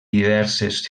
diverses